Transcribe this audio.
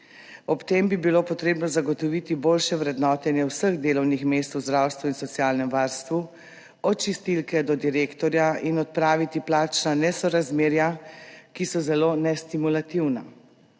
Ob tem bi bilo potrebno zagotoviti boljše vrednotenje vseh delovnih mest v zdravstvu in socialnem varstvu, od čistilke do direktorja, in odpraviti plačna nesorazmerja, ki so zelo nestimulativna.